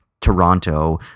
Toronto